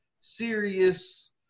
serious